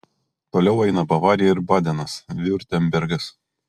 toliau eina bavarija ir badenas viurtembergas